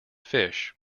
fish